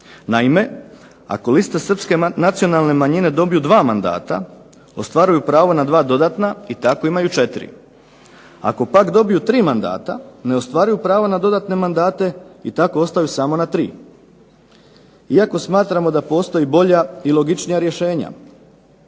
Naime, ako liste Srpske nacionalne manjine dobiju dva mandata ostvaruju pravo na dva dodatna i tako imaju četiri. Ako pak dobiju tri mandata ne ostvaruju pravo na dodatne mandate i tako ostaju samo na tri. Iako smatramo da postoje bolja i logičnija rješenja,